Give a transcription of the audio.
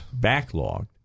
Backlogged